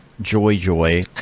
Joy-Joy